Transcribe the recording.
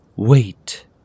Wait